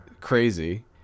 crazy